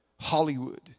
Hollywood